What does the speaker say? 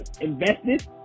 Invested